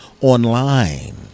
online